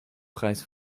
preis